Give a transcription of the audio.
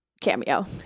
cameo